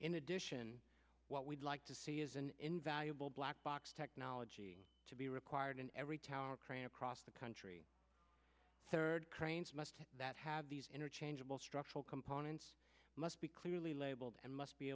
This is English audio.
in addition what we'd like to see is an invaluable black box technology to be required in every tower crane across the country third cranes must that have these interchangeable structural components must be clearly labeled and must be